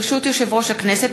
ברשות יושב-ראש הכנסת,